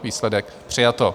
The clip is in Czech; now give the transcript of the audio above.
Výsledek: přijato.